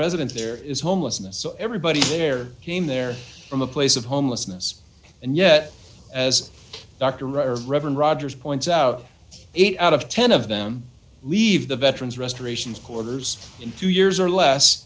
resident there is homelessness so everybody there came there from a place of homelessness and yet as dr reverend rodgers points out eight out of ten of them leave the veterans restorations corders in two years or less